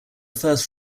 first